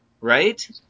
right